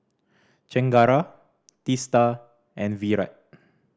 Chengara Teesta and Virat